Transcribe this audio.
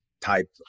type